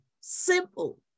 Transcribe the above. simple